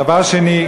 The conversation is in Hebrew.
דבר שני,